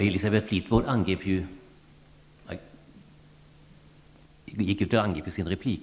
Elisbeth Fleetwood gick ju till angrepp i sin replik.